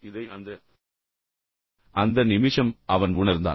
இதை அந்த அந்த நிமிஷம் அவன் உணர்ந்தான்